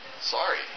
sorry